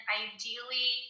ideally